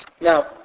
Now